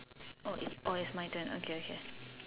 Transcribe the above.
oh is oh is my turn okay okay